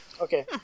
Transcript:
okay